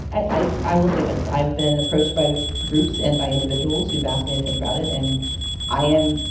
i i will say this. i've been approached by groups and by individuals who've asked me to think about it, and i am.